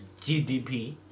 GDP